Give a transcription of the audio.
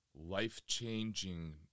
life-changing